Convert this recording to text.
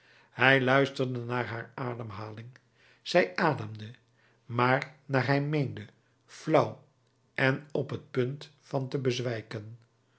hij luisterde naar haar ademhaling zij ademde maar naar hij meende flauw en op t punt van te bezwijken